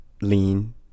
lean